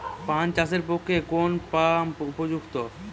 পান চাষের পক্ষে কোন পাম্প উপযুক্ত?